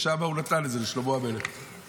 והוא נתן את זה לשלמה המלך.